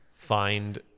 find